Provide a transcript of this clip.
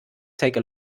take